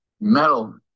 metal